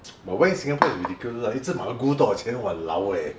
but wine in Singapore is ridiculous lah 一只 Merlot 都多少钱 !walao! eh